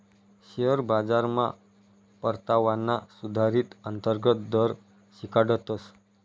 share बाजारमा परतावाना सुधारीत अंतर्गत दर शिकाडतस